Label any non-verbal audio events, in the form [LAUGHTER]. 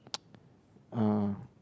[NOISE] uh